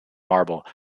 marble